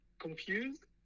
confused